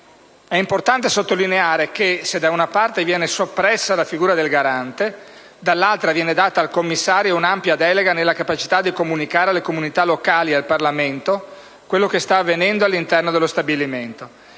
È importante sottolineare che, se da una parte viene soppressa la figura del Garante, dall'altra viene data al commissario un'ampia delega di comunicare alle comunità locali e al Parlamento quello che sta avvenendo all'interno dello stabilimento.